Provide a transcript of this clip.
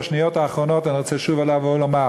בשניות האחרונות אני רוצה שוב לומר: